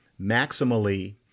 maximally